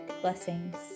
blessings